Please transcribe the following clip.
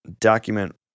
document